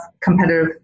competitive